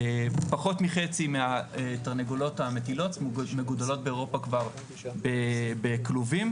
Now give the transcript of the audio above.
פחות מחצי מהתרנגולות המטילות מגודלות באירופה כבר בכלובים.